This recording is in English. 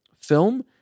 film